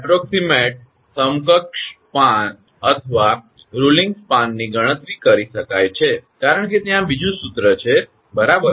અંદાજિત સમકક્ષ સ્પાન અથવા રુલીંગ સ્પાનની ગણતરી કરી શકાય છે કારણ કે ત્યાં બીજું સૂત્ર છે બરાબર